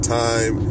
time